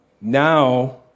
now